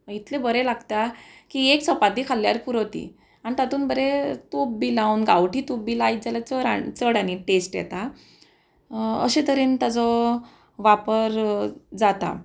मागीर इतलें बरें लागता की एक चपाती खाल्ल्यार पुरो ती आनी तातूंत बरें तूप बी लावन गांवठी तूप बी लायत जाल्यार चड आनी चड आनी टेस्ट येता अशे तरेन ताजो वापर जाता